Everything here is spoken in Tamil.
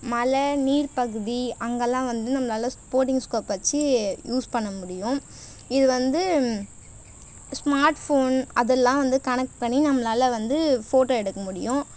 மலை நீர் பகுதி அங்கெல்லாம் வந்து நம்மளால் ஸ்போட்டிங் ஸ்கோப்பை வச்சு யூஸ் பண்ண முடியும் இது வந்து ஸ்மார்ட் ஃபோன் அதெல்லாம் வந்து கணக்கு பண்ணி நம்மளால் வந்து ஃபோட்டோ எடுக்க முடியும்